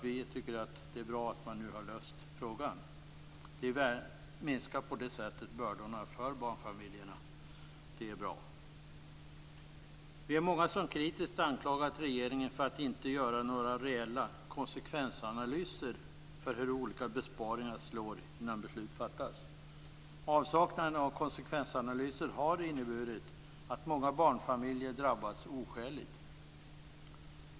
Vi tycker att det är bra att frågan nu har lösts. På det sättet minskas barnfamiljernas bördor, vilket är bra. Vi är många som kritiskt anklagat regeringen för att inte göra några reella konsekvensanalyser av hur olika besparingar slår innan beslut fattas. Avsaknaden av konsekvensanalyser har inneburit att många barnfamiljer drabbats oskäligt.